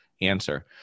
Answer